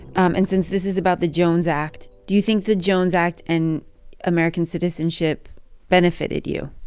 um and since this is about the jones act, do you think the jones act and american citizenship benefited you?